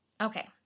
Okay